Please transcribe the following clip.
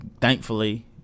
Thankfully